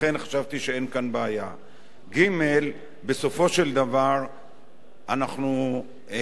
בסופו של דבר אנחנו מאוחדים ומלוכדים בצורך